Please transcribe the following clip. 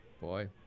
Boy